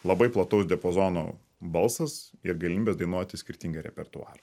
labai plataus diapazono balsas ir galimybė dainuoti skirtingą repertuarą